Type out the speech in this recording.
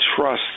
trust